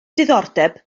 ddiddordeb